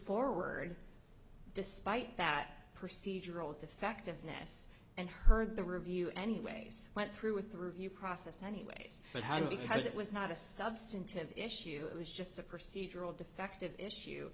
forward despite that procedural defectiveness and heard the review anyways went through with the review process anyways but how because it was not a substantive issue it was just a procedural defective issue